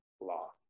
law